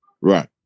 Right